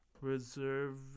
reserve